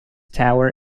tower